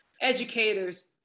educators